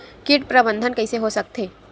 कीट प्रबंधन कइसे हो सकथे?